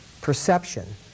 perception